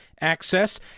access